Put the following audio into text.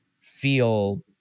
feel